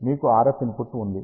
మీకు RF input ఉంది